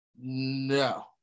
No